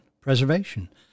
preservation